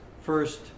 first